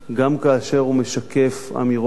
גם כאשר הוא משקף אמירות